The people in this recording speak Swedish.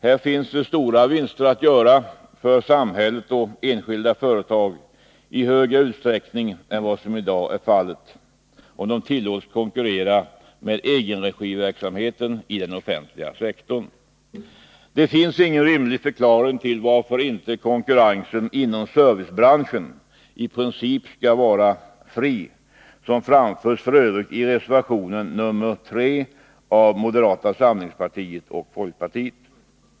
Här finns stora vinster att göra för samhället, om enskilda företag i högre utsträckning än vad som i dag är fallet tillåts konkurrera med egenregiverksamheten i den offentliga sektorn. Det finns ingen rimlig förklaring till att inte konkurrensen inom servicebranschen i princip skall vara fri, som f. ö. framförs i reservation nr 3 av moderata samlingspartiet och folkpartiet.